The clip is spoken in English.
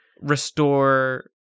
restore